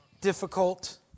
difficult